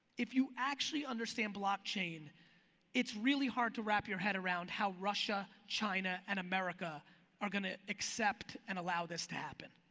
if you actually understand blockchain, it's really hard to wrap your head around how russia, china and america are gonna accept and allow this to happen.